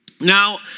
Now